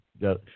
got